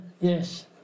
Yes